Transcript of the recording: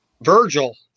Virgil